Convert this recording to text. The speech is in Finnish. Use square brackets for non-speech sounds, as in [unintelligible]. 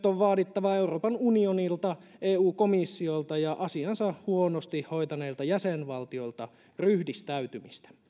[unintelligible] on vaadittava euroopan unionilta eu komissiolta ja asiansa huonosti hoitaneilta jäsenvaltioilta ryhdistäytymistä